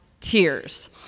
tears